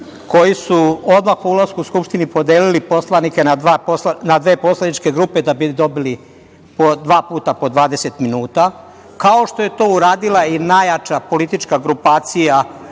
koji su odmah po ulasku u Skupštinu podeli poslanike na dve poslaničke grupe da bi dobili dva puta po dvadeset minuta, kao što je to uradila i najjača politička grupacija,